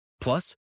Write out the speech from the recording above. Plus